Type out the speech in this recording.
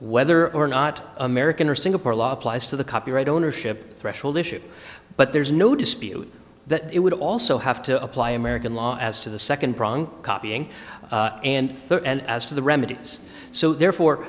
whether or not american or singapore law applies to the copyright ownership threshold issue but there's no dispute that it would also have to apply american law as to the second prong copying and third and as to the remedies so therefore